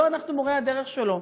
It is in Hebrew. לא אנחנו מורי הדרך שלו.